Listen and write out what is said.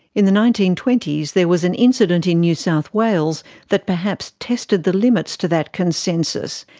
in the nineteen twenty s, there was an incident in new south wales that perhaps tested the limits to that consensus.